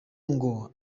ngo